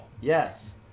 Yes